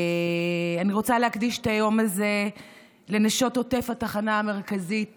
אני רוצה להקדיש את היום הזה לנשות עוטף התחנה המרכזית